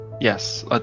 Yes